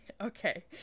Okay